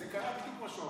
זה קרה בדיוק כמו שהוא אמר.